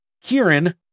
Kieran